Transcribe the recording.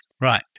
Right